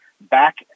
back